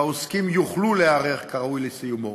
והעוסקים יוכלו להיערך כראוי ליישומו.